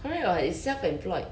correct [what] it's self employed